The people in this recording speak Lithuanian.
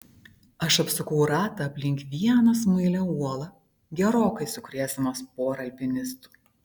aš apsukau ratą aplink vieną smailią uolą gerokai sukrėsdamas porą alpinistų